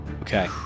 Okay